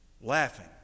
laughing